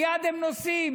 מייד הם נוסעים,